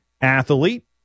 athlete